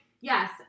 yes